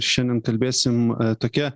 šiandien kalbėsim tokia